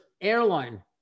airline